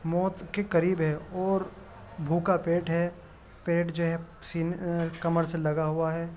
موت کے قریب ہے اور بھوکا پیٹ ہے پیٹ جو ہے سینے کمر سے لگا ہوا ہے